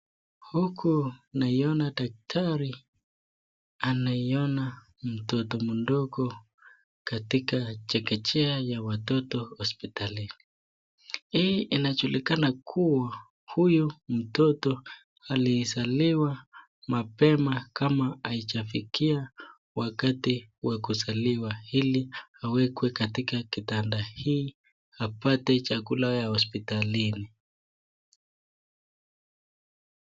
Huku naiona daktari anaiona mtoto mdogo katika chekechea ya watoto hospitalini. Hii inajulikana kuwa huyu mtoto aliyezaliwa mapema kama haijafikia wakati wa kuzaliwa, ili awekwe katika kitanda hii, apate chakula ya hospitalini.